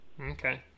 okay